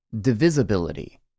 Divisibility